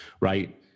Right